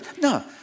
No